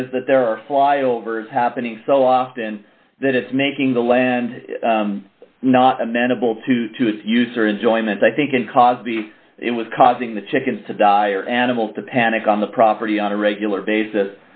is that there are fly overs happening so often that it's making the land not amenable to user enjoyment i think can cause be it was causing the chickens to die or animal to panic on the property on a regular basis